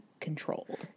controlled